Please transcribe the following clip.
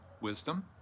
wisdom